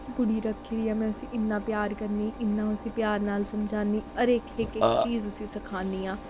कुड़ी रक्खी दी ऐ में उसी इन्ना प्यार करनी इन्ना उसी प्यार नाल समझान्नी हर इक इक चीज उसी सखान्नी आं